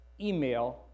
email